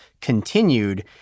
continued